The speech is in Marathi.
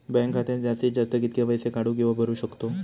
बँक खात्यात जास्तीत जास्त कितके पैसे काढू किव्हा भरू शकतो?